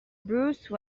bruce